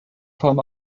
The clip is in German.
form